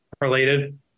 related